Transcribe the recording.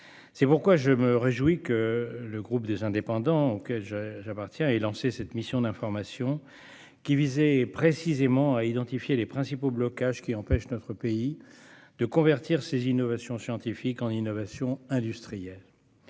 C'est pourquoi je me réjouis que le groupe Les Indépendants - République et Territoires, auquel j'appartiens, ait créé cette mission d'information, qui visait précisément à identifier les principaux blocages empêchant notre pays de convertir ses innovations scientifiques en innovations industrielles.